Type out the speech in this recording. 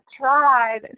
tried